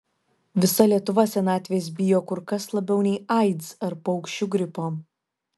visa lietuva senatvės bijo kur kas labiau nei aids ar paukščių gripo